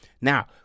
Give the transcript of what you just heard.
Now